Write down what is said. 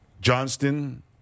Johnston